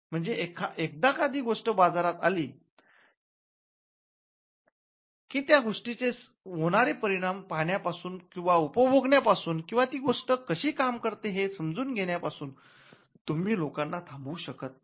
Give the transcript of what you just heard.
म्हणजे एकदा का एखादी गोष्ट बाजारात आली की त्या गोष्टीचे होणारे परिणाम पाहण्यापासून किंवा उपभोगण्यापासून किंवा ती गोष्ट कशी काम करते हे समजून घेण्यापासून तुम्ही लोकांना थांबवु शकत नाहीत